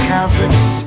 Catholics